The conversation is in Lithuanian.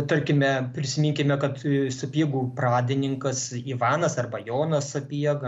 tarkime prisiminkime kad sapiegų pradininkas ivanas arba jonas sapiega